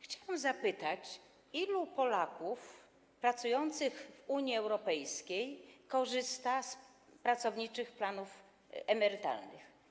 Chciałam zapytać, ilu Polaków pracujących w Unii Europejskiej korzysta z pracowniczych planów emerytalnych.